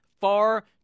far